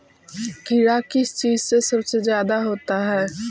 कीड़ा किस चीज से सबसे ज्यादा होता है?